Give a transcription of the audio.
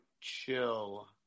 chill